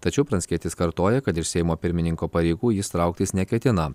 tačiau pranckietis kartoja kad iš seimo pirmininko pareigų jis trauktis neketina